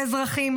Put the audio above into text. לאזרחים,